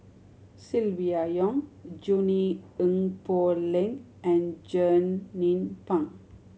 Silvia Yong Junie Sng Poh Leng and Jernnine Pang